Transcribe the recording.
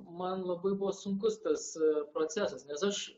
man labai buvo sunkus tas procesas nes aš